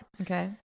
Okay